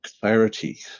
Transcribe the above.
clarity